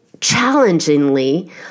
challengingly